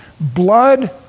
blood